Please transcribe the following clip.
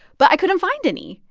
but i couldn't find any.